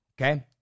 okay